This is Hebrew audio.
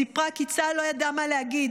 סיפרה כי צה"ל לא ידע מה להגיד,